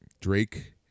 drake